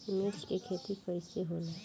मिर्च के खेती कईसे होला?